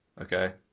okay